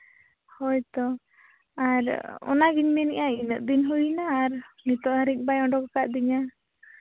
ᱦᱳᱭᱛᱳ ᱟᱨ ᱚᱱᱟᱜᱤᱧ ᱢᱮᱱᱮᱫᱼᱟ ᱤᱱᱟᱹᱜ ᱫᱤᱱ ᱦᱩᱭᱮᱱᱟ ᱟᱨ ᱱᱤᱛᱚᱜ ᱦᱟᱹᱨᱤᱡ ᱵᱟᱭ ᱩᱰᱩᱠ ᱟᱠᱟᱫ ᱛᱤᱧᱟᱹ